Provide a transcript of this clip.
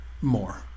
more